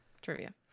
Trivia